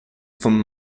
vom